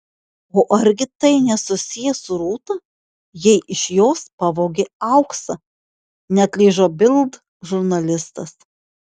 o argi tai nesusiję su rūta jei iš jos pavogė auksą neatlyžo bild žurnalistas